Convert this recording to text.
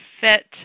fit